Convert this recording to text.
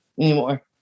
anymore